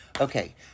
Okay